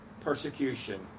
persecution